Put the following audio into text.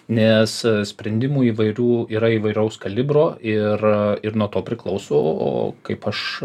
nes sprendimų įvairių yra įvairaus kalibro ir ir nuo to priklauso o kaip aš